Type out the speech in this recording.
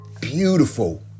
beautiful